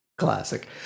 classic